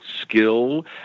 skill